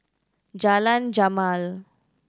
Jalan Jamal